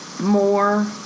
more